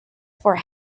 for